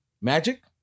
Magic